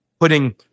putting